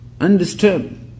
undisturbed